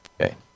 Okay